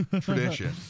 tradition